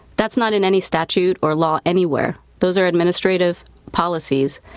that's not in any statute or law anywhere. those are administrative policies.